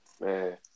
Man